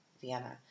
Vienna